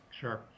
Sure